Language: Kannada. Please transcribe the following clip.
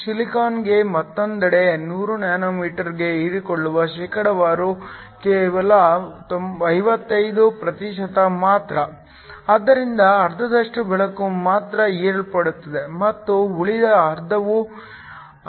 ಸಿಲಿಕಾನ್ಗೆ ಮತ್ತೊಂದೆಡೆ 100 nm ಗೆ ಹೀರಿಕೊಳ್ಳುವ ಶೇಕಡಾವಾರು ಕೇವಲ 55 ಪ್ರತಿಶತ ಮಾತ್ರ ಆದ್ದರಿಂದ ಅರ್ಧದಷ್ಟು ಬೆಳಕು ಮಾತ್ರ ಹೀರಲ್ಪಡುತ್ತದೆ ಮತ್ತು ಉಳಿದ ಅರ್ಧವು ಹರಡುತ್ತದೆ